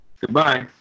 Goodbye